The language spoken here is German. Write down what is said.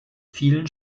vielen